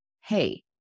hey